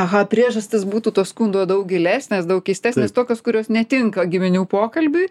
aha priežastys būtų to skundo daug gilesnės daug keistesnės tokios kurios netinka giminių pokalbiui